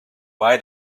why